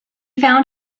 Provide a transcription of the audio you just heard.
found